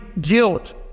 guilt